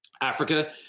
Africa